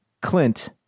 Clint